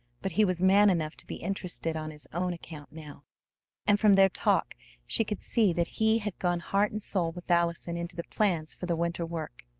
but he was man enough to be interested on his own account now and from their talk she could see that he had gone heart and soul with allison into the plans for the winter work.